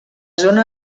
zona